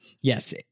Yes